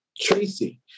Tracy